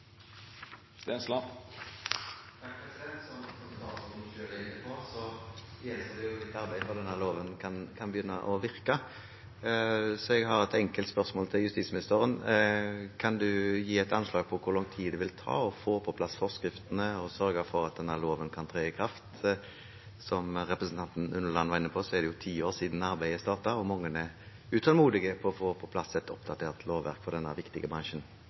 lovforslaget. Det vert replikkordskifte. Som statsråden selv er inne på, gjenstår det litt arbeid før denne loven kan begynne å virke. Så jeg har et enkelt spørsmål til justisministeren: Kan hun gi et anslag på hvor lang tid det vil ta å få på plass forskriftene og sørge for at denne loven kan tre i kraft? Som representanten Unneland var inne på, er det ti år siden arbeidet startet, og mange er utålmodige etter å få plass et oppdatert lovverk for denne viktige bransjen.